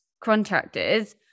contractors